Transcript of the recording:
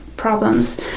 problems